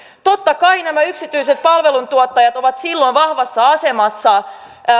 totta kai yksityiset palveluntuottajat ovat silloin vahvassa asemassa